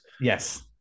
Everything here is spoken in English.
Yes